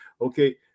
Okay